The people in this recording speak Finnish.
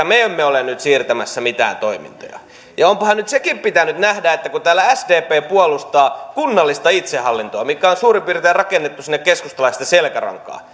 me emme ole nyt siirtämässä mitään toimintoja onpahan nyt sekin pitänyt nähdä että kun täällä sdp puolustaa kunnallista itsehallintoa mikä on suurin piirtein rakennettu sinne keskustalaisten selkärankaan